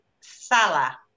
Salah